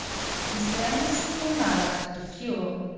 mr. anderson will now light the fuel,